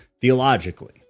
theologically